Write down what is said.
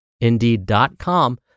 indeed.com